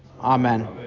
Amen